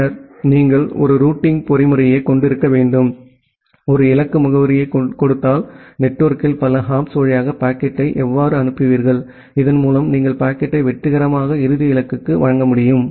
பின்னர் நீங்கள் ஒரு ரூட்டிங் பொறிமுறையைக் கொண்டிருக்க வேண்டும் ஒரு இலக்கு முகவரியைக் கொடுத்தால் நெட்வொர்க்கில் பல ஹாப்ஸ் வழியாக பாக்கெட்டை எவ்வாறு அனுப்புவீர்கள் இதன் மூலம் நீங்கள் பாக்கெட்டை வெற்றிகரமாக இறுதி இலக்குக்கு வழங்க முடியும்